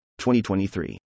2023